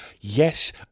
Yes